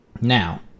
now